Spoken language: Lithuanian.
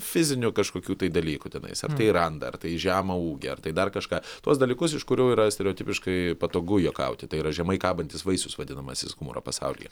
fizinių kažkokių tai dalykų tenais ar tai randą ar tai žemą ūgį ar tai dar kažką tuos dalykus iš kurių yra stereotipiškai patogu juokauti tai yra žemai kabantis vaisius vadinamasis humoro pasaulyje